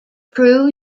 crew